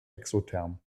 exotherm